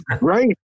right